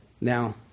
Now